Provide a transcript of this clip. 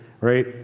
right